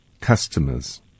customers